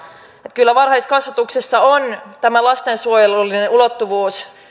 että kyllä varhaiskasvatuksessa on tämä lastensuojelullinen ulottuvuus